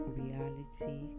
reality